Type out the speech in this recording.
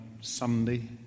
Sunday